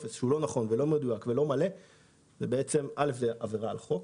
שהמידע שאנחנו מקבלים אינו מלא אז הדבר מהווה עבירה על החוק